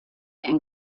and